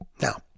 Now